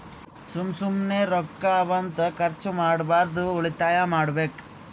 ಸುಮ್ಮ ಸುಮ್ಮನೆ ರೊಕ್ಕಾ ಅವಾ ಅಂತ ಖರ್ಚ ಮಾಡ್ಬಾರ್ದು ಉಳಿತಾಯ ಮಾಡ್ಬೇಕ್